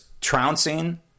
trouncing